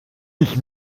sich